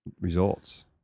results